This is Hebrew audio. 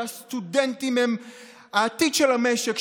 שהסטודנטים הם העתיד של המשק?